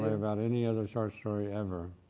about any other short story ever.